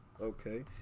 okay